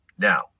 Now